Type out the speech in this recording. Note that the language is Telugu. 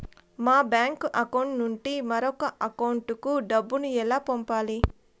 మా బ్యాంకు అకౌంట్ నుండి మరొక అకౌంట్ కు డబ్బును ఎలా పంపించాలి